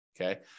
okay